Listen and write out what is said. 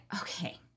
okay